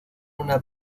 una